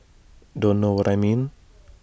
don't know what I mean